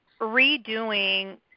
redoing